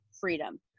freedom